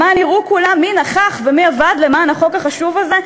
למען יראו כולם מי נכח ומי עבד למען החוק החשוב הזה,